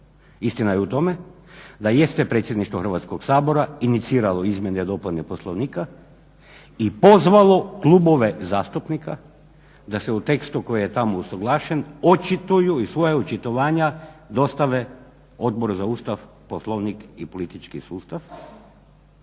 Istina je u tome da jeste Predsjedništvo Hrvatskog sabora iniciralo izmjene i dopune Poslovnika i pozvalo klubove zastupnike da se u tekstu koji je tamo usuglašen očituju i svoja očitovanja dostave Odboru za Ustav, Poslovnik i politički sustav